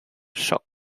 shock